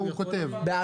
איתי עצמון כותב אותן.